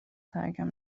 ترکم